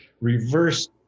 reverse